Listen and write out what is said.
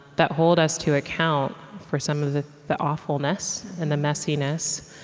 that hold us to account for some of the the awfulness and the messiness,